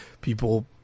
people